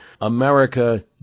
America